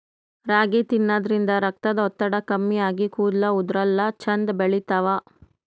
ರಾಗಿ ತಿನ್ನದ್ರಿನ್ದ ರಕ್ತದ್ ಒತ್ತಡ ಕಮ್ಮಿ ಆಗಿ ಕೂದಲ ಉದರಲ್ಲಾ ಛಂದ್ ಬೆಳಿತಾವ್